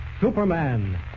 Superman